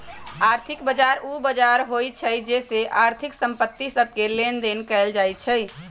आर्थिक बजार उ बजार होइ छइ जेत्ते आर्थिक संपत्ति सभके लेनदेन कएल जाइ छइ